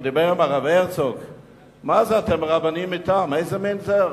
אתם רבנים מטעם, איזה מין דבר זה?